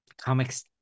comics